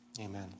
Amen